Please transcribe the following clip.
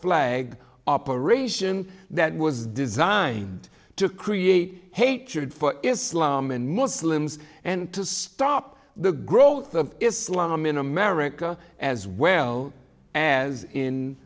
flag operation that was designed to create hatred for islam and muslims and to stop the growth of islam in america as well as in